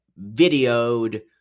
videoed